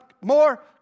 more